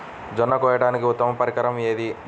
జొన్న కోయడానికి ఉత్తమ పరికరం ఏది?